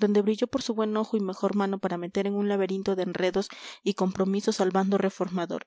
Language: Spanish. donde brilló por su buen ojo y mejor mano para meter en un laberinto de enredos y compromisos al bando reformador